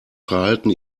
verhalten